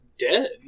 dead